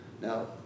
Now